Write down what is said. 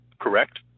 correct